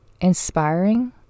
inspiring